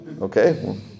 Okay